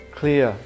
clear